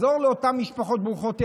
נעזור לאותן משפחות ברוכות ילדים,